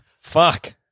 fuck